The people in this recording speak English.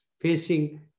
facing